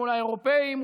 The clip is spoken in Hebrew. מול האירופים,